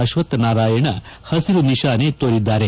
ಅಶ್ವಕ್ಠನಾರಾಯಣ ಹಸಿರು ನಿಶಾನೆ ತೋರಿದರು